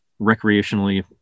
recreationally